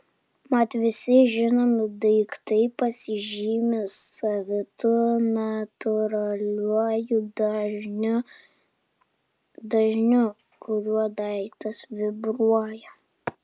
mat visi žinomi daiktai pasižymi savitu natūraliuoju dažniu dažniu kuriuo daiktas vibruoja